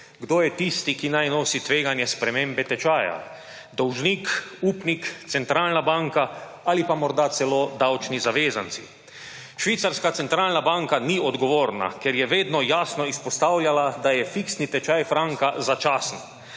kdo je tisti, ki naj nosi tveganje spremembe tečaja: dolžnik, upnik, centralna banka ali pa morda celo davčni zavezanci. Švicarska centralna banka ni odgovorna, ker je vedno jasno izpostavljala, da je fiksni tečaj franka začasen.